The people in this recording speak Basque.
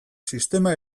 sistema